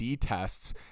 tests